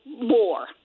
more